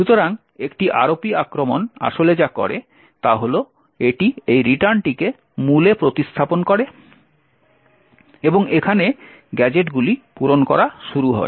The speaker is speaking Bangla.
সুতরাং একটি ROP আক্রমণ আসলে যা করে তা হল এটি এই রিটার্নটিকে মূলে প্রতিস্থাপন করে এবং এখানে গ্যাজেটগুলি পূরণ করা শুরু করে